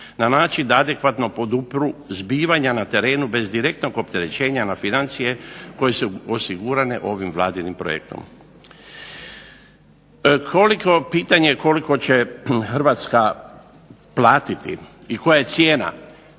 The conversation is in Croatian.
na način da adekvatno podupru zbivanja na terenu bez direktnog opterećenja na financije, koje su osigurane ovim Vladinim projektom. Pitanje koliko će Hrvatska platiti i koja je cijena,